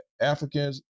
Africans